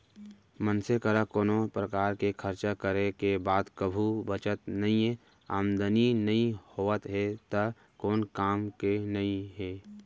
मनसे करा कोनो परकार के खरचा करे के बाद कभू बचत नइये, आमदनी नइ होवत हे त कोन काम के नइ हे